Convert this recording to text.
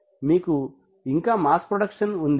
మీకు ఇంకా mass production ఉంది